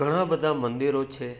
ઘણા બધા મંદિરો છે